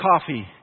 coffee